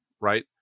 right